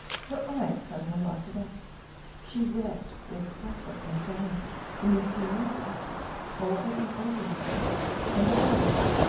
her eyes suddenly lighted up she read, with breathless anxiety, the mysterious paper over and over again and at last,